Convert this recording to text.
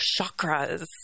chakras